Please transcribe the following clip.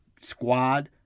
squad